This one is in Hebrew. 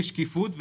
כשקיפות,